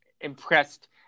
impressed